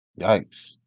Yikes